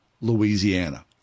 Louisiana